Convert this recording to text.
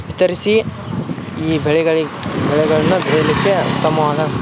ವಿತರಿಸಿ ಈ ಬೆಳೆಗಳ ಬೆಳೆಗಳನ್ನು ಬೆಳಿಲಿಕ್ಕೆ ಉತ್ತಮವಾದ